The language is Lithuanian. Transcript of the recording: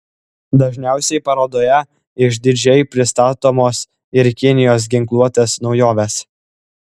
dažniausiai parodoje išdidžiai pristatomos ir kinijos ginkluotės naujovės